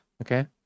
okay